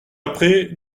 après